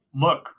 look